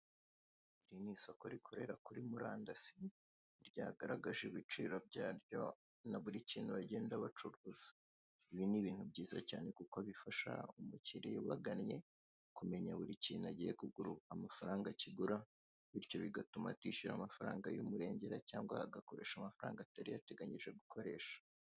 Iri ni isoko rukorera kuri murandasi ryagaragaje ibiciro byaryo na buri kintu bagenda bacuruza, ibi ni ibintu byiza cyane kuko bifasha umukiliya ubagannye, kumenya buri ikintu agiye kugura amafaranga kigura bityo bigatuma atishyura amafaranga y'umurengera cyangwa agakoresha amafaranga atari yateganyije gukoresha.